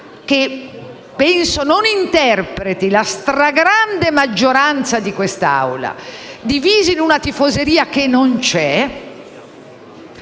che penso non interpreti la stragrande maggioranza di quest'Assemblea, divisa in una tifoseria che non c'è.